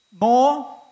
More